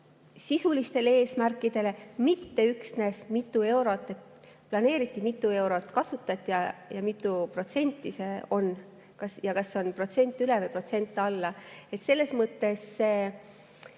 sisulistele eesmärkidele, mitte üksnes, mitu eurot planeeriti, mitu eurot kasutati ja mitu protsenti see on ja kas see on protsent üle või protsent alla. Selles mõttes,